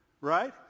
Right